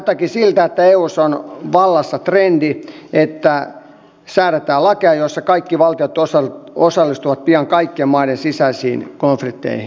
näyttääkin siltä että eussa on vallassa trendi että säädetään lakeja joilla kaikki valtiot osallistuvat pian kaikkien maiden sisäisiin konflikteihin